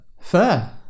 Fair